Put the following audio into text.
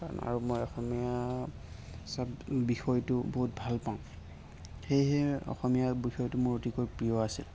আৰু মই অসমীয়া চাব বিষয়টো বহুত ভাল পাওঁ সেয়েহে অসমীয়া বিষয়টো মোৰ অতিকৈ প্ৰিয় আছিল